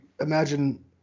imagine